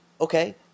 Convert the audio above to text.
Okay